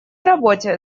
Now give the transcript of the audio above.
работе